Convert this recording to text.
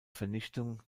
vernichtung